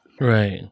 Right